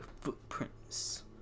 footprints